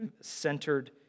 centered